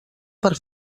per